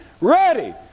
ready